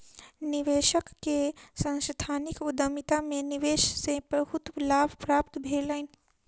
निवेशक के सांस्थानिक उद्यमिता में निवेश से बहुत लाभ प्राप्त भेलैन